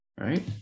Right